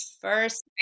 first